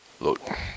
Look